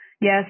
yes